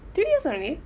two year only